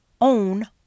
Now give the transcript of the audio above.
own